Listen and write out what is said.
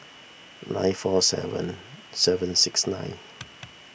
nine four seven seven six nine